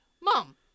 Mom